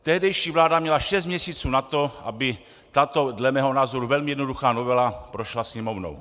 Tehdejší vláda měla šest měsíců na to, aby tato dle mého názoru velmi jednoduchá novela prošla Sněmovnou.